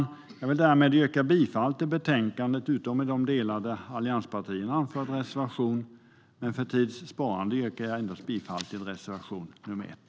Med detta vill jag yrka bifall till utskottets förslag utom i de delar allianspartierna anfört reservation, men för att spara tid yrkar jag bifall endast till reservation 1.